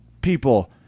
People